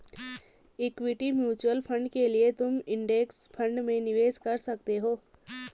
equity mutual fund के लिए तुम इंडेक्स फंड में निवेश कर सकते हो